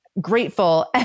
grateful